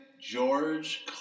George